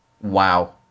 Wow